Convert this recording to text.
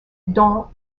dans